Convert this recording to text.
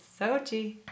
Sochi